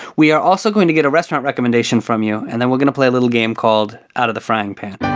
we are also going to get a restaurant recommendation from you and then we're going to play a little game called out of the frying pan.